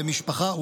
למשפחה,